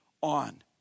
on